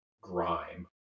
grime